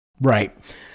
Right